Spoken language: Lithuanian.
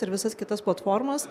ir visas kitas platformas